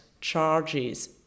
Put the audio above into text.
charges